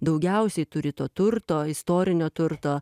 daugiausiai turi to turto istorinio turto